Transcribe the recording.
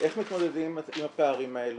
איך מתמודדים עם הפערים האלו.